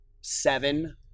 seven